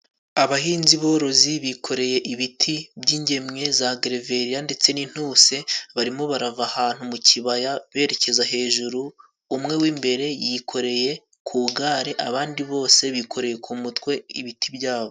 Abahinzi borozi bikoreye ibiti by'ingemwe za gereveriya ndetse n'intuse. Barimo barava ahantu mu kibaya berekeza hejuru, umwe w'imbere yikoreye ku gare, abandi bose bikoreye ku mutwe ibiti byabo.